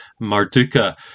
Marduka